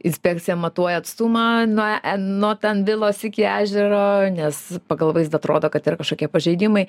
inspekcija matuoja atstumą nuo nuo ten vilos iki ežero nes pagal vaizdą atrodo kad yra kažkokie pažeidimai